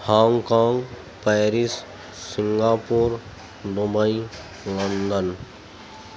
Hong Kong Paris Singapore Dubai London